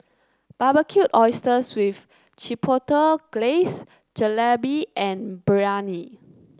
Barbecued Oysters with Chipotle Glaze Jalebi and Biryani